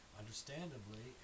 Understandably